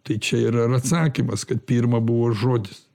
tai čia yra ir atsakymas kad pirma buvo žodis